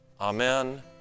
Amen